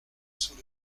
sous